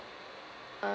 uh